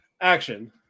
Action